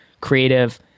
creative